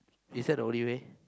is that the only way